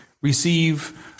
receive